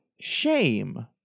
shame